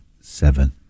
Seven